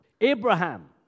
Abraham